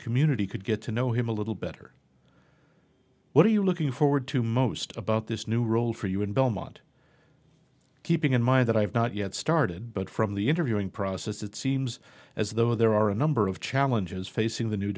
community could get to know him a little better what are you looking forward to most about this new role for you in belmont keeping in mind that i have not yet started but from the interviewing process it seems as though there are a number of challenges facing the new